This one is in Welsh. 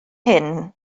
hyn